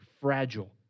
fragile